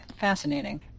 Fascinating